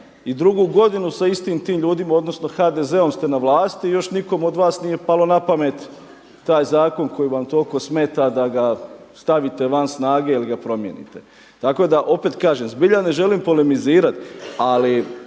i drugu godinu sa istim tim ljudima odnosno HDZ-om ste na vlasti i još nikome od vas nije palo na pamet taj zakon koji vam toliko smeta da ga stavite van snage ili ga promijenite. Tako da opet kažem, zbilja ne želim polemizirati, ali